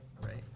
right